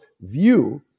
view